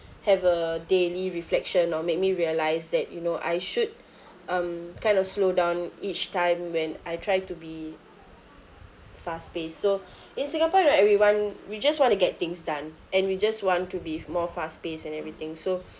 have a daily reflection or made me realise that you know I should um kind of slow down each time when I try to be fast paced so in singapore you know everyone we just want to get things done and we just want to be more fast paced and everything so